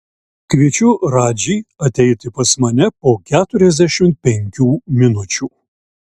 kviečiu radžį ateiti pas mane po keturiasdešimt penkių minučių